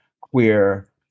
queer